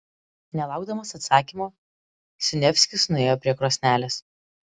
nelaukdamas atsakymo siniavskis nuėjo prie krosnelės